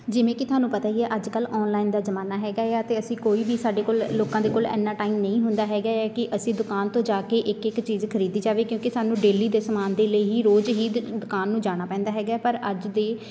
ਜਿਵੇਂ ਕਿ ਤੁਹਾਨੂੰ ਪਤਾ ਹੀ ਹੈ ਅੱਜ ਕੱਲ੍ਹ ਔਨਲਾਈਨ ਦਾ ਜ਼ਮਾਨਾ ਹੈਗਾ ਏ ਆ ਅਤੇ ਅਸੀਂ ਕੋਈ ਵੀ ਸਾਡੇ ਕੋਲ ਲੋਕਾਂ ਦੇ ਕੋਲ ਇੰਨਾਂ ਟਾਈਮ ਨਹੀਂ ਹੁੰਦਾ ਹੈਗਾ ਆ ਕਿ ਅਸੀਂ ਦੁਕਾਨ ਤੋਂ ਜਾ ਕੇ ਇੱਕ ਇੱਕ ਚੀਜ਼ ਖਰੀਦੀ ਜਾਵੇ ਕਿਉਂਕਿ ਸਾਨੂੰ ਡੇਲੀ ਦੇ ਸਮਾਨ ਦੇ ਲਈ ਹੀ ਰੋਜ਼ ਹੀ ਦ ਦੁਕਾਨ ਨੂੰ ਜਾਣਾ ਪੈਂਦਾ ਹੈਗਾ ਪਰ ਅੱਜ ਦੇ